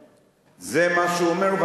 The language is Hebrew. זה מה שהוא אומר,